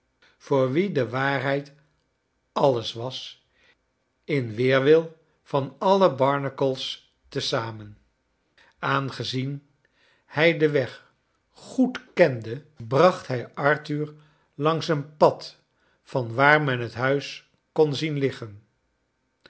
voor wien de waarheid alles was in weerwil van alle barnacles te zamen charles dickens aangezien hij den weg goed kende bracht hij arthur langs een pad van waar men het huis kon zien liggen